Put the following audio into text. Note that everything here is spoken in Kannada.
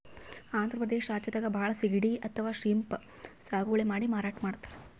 ಆಂಧ್ರ ಪ್ರದೇಶ್ ರಾಜ್ಯದಾಗ್ ಭಾಳ್ ಸಿಗಡಿ ಅಥವಾ ಶ್ರೀಮ್ಪ್ ಸಾಗುವಳಿ ಮಾಡಿ ಮಾರಾಟ್ ಮಾಡ್ತರ್